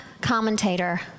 commentator